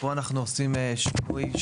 בנק כמשמעותו בחוק הבנקאות (רישוי),